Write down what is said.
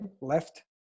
Left